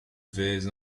vais